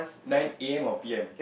nine am or p_m